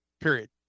period